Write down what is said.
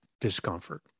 discomfort